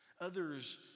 Others